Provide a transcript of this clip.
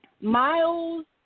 Miles